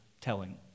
telling